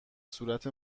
صورت